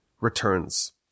returns